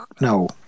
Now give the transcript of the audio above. No